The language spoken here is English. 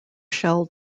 shell